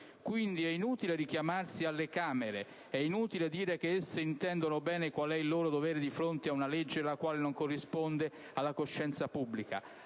Quindi, è inutile richiamarsi alle Camere, è inutile dire che esse intendono bene qual è il loro dovere di fronte ad una legge la quale non corrisponde alla coscienza pubblica.